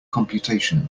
computation